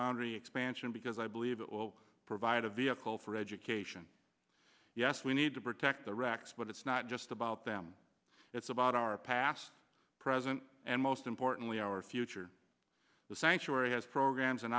boundary expansion because i believe it will provide a vehicle for education yes we need to protect the wrecks but it's not just about them it's about our past present and most importantly our future the sanctuary has programs and